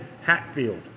Hatfield